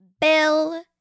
Bill